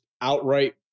outright